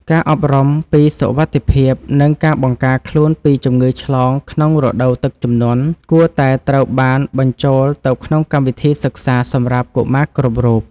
ការអប់រំអំពីសុវត្ថិភាព និងការបង្ការខ្លួនពីជំងឺឆ្លងក្នុងរដូវទឹកជំនន់ គួរតែត្រូវបានបញ្ចូលទៅក្នុងកម្មវិធីសិក្សាសម្រាប់កុមារគ្រប់រូប។